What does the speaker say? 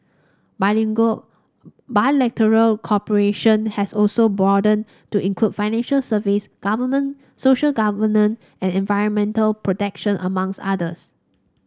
bilateral cooperation has also broadened to include financial services goverment social governance and environmental protection among others